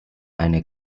eine